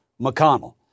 McConnell